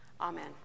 Amen